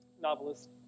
novelist